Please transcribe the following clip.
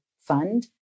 fund